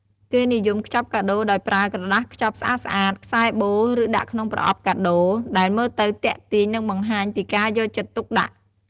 គេនិយមខ្ចប់កាដូរដោយប្រើ ក្រដាសខ្ចប់ស្អាតៗ ខ្សែបូ ឬដាក់ក្នុង ប្រអប់កាដូរ ដែលមើលទៅទាក់ទាញ និងបង្ហាញពីការយកចិត្តទុកដាក់។